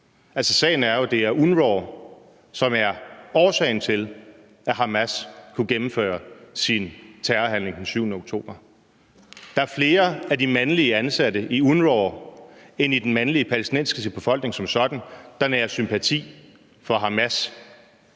Sagen er jo, at det er UNRWA, som er årsagen til, at Hamas kunne gennemføre sin terrorhandling den 7. oktober. Der er flere af de mandlige ansatte i UNRWA end i den mandlige palæstinensiske befolkning som sådan, der nærer sympati for Hamas.